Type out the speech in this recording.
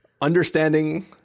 understanding